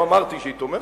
לא אמרתי שהיא תומכת,